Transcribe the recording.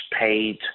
paid